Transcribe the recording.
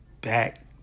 back